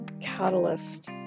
catalyst